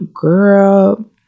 girl